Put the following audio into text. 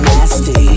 Nasty